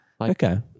Okay